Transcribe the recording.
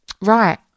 Right